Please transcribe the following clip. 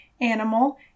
animal